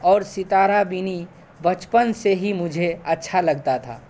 اور ستارہ بینی بچپن سے ہی مجھے اچھا لگتا تھا